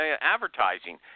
advertising